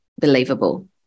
believable